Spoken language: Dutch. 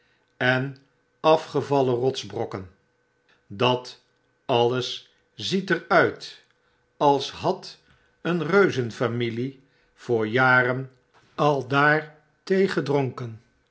en afgevallen rotsbrokken dat alles ziet er uit als had een reuzenfamilie voor jaren aldaartheegedronken en